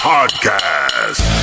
Podcast